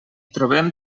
trobem